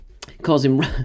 causing